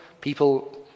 people